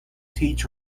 teach